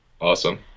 Awesome